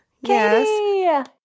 Yes